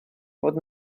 fod